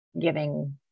giving